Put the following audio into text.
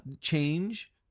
change